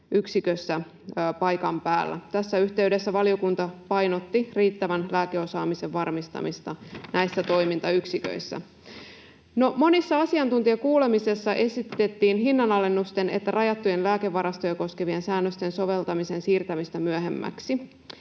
palveluyksikössä paikan päällä. Tässä yhteydessä valiokunta painotti riittävän lääkeosaamisen varmistamista näissä toimintayksiköissä. Monissa asiantuntijakuulemisissa esitettiin sekä hinnanalennusten että rajattuja lääkevarastoja koskevien säännösten soveltamisen siirtämistä myöhemmäksi,